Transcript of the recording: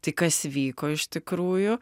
tai kas įvyko iš tikrųjų